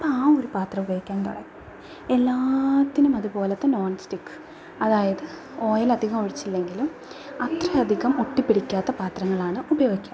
അപ്പം ആ ഒരു പാത്രം ഉപയോഗിക്കാൻ തുടങ്ങി എല്ലാറ്റിനും അതുപോലത്തെ നോൺ സ്റ്റിക്ക് അതായത് ഓയിൽ അധികം ഒഴിച്ചില്ലെങ്കിലും അത്രയധികം ഒട്ടിപ്പിടിക്കാത്ത പത്രങ്ങളാണ് ഉപയോഗിക്കുക